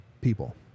people